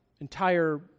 entire